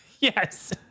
yes